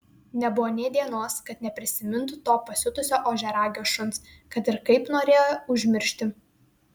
nebuvo nė dienos kad neprisimintų to pasiutusio ožiaragio šuns kad ir kaip norėjo užmiršti